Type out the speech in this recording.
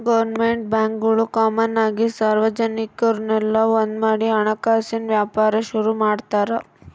government ಬ್ಯಾಂಕ್ಗುಳು common ಆಗಿ ಸಾರ್ವಜನಿಕುರ್ನೆಲ್ಲ ಒಂದ್ಮಾಡಿ ಹಣಕಾಸಿನ್ ವ್ಯಾಪಾರ ಶುರು ಮಾಡ್ತಾರ